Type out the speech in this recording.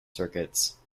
circuits